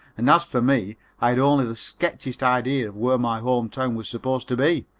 and as for me i had only the sketchiest idea of where my home town was supposed to be.